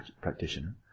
practitioner